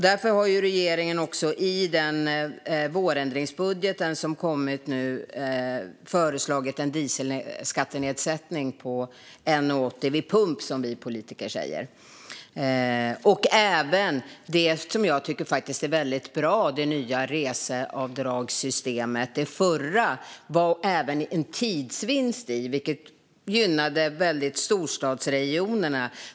Därför har regeringen i sin vårändringsbudget föreslagit en dieselskattenedsättning på 1,80 vid pump, som vi politiker säger. Det nya reseavdraget är också väldigt bra, tycker jag. I det förra fanns tidsvinst med, vilket gynnade storstadsregionerna.